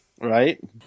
Right